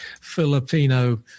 Filipino